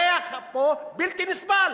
הריח פה בלתי נסבל.